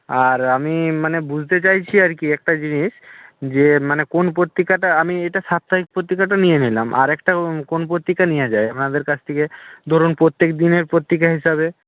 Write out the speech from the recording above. আর আমি মানে বুঝতে চাইছি আর কি একটা জিনিস যে মানে কোন পত্রিকাটা আমি এটা সাপ্তাহিক পত্রিকাটা নিয়ে নিলাম আরেকটা কোন পত্রিকা নেওয়া যায় আপনাদের কাছ থেকে ধরুন প্রত্যেক দিনের পত্রিকা হিসাবে